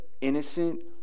innocent